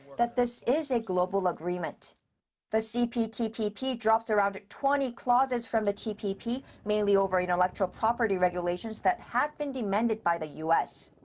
that this is a global agreement the cptpp drops around twenty clauses from the tpp, mainly over intellectual property regulations that had been demanded by the u s.